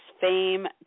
fame